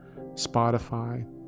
Spotify